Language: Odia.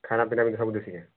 ଖାନାପିନା ବି ସବୁ ଦେଖିବେ